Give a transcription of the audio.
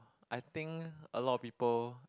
I think a lot people